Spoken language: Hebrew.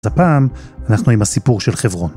אז הפעם אנחנו עם הסיפור של חברון.